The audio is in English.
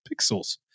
pixels